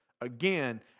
again